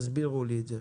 תסבירו לי את זה.